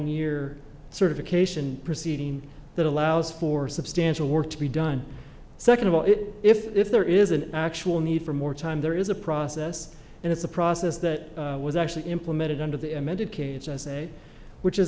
year certification proceeding that allows for substantial work to be done second of all it if if there is an actual need for more time there is a process and it's a process that was actually implemented under the amended case i say which is